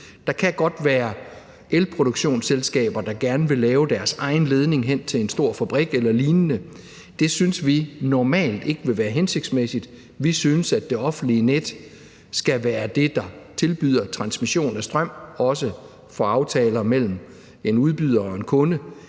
Der kan godt være elproduktionsselskaber, der gerne vil lave deres egen ledning hen til en stor fabrik eller lignende. Det synes vi normalt ikke vil være hensigtsmæssigt. Vi synes, at det offentlige net skal være det, der tilbyder transmission af strøm, også for aftaler mellem en udbyder og en kunde,